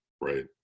Right